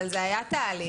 אבל זה היה תהליך.